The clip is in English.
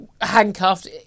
handcuffed